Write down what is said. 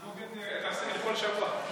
נחגוג את הסיגד כל שבוע.